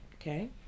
Okay